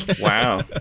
wow